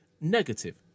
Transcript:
Negative